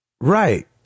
Right